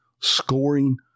scoring